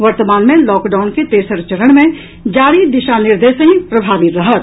वर्तमान मे लॉकडाउन के तेसर चरण मे जारी दिशा निर्देशहि प्रभावी रहत